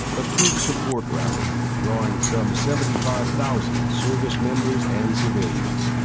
a troop support rally drawing some seventy five thousand service members and civilians.